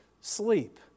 sleep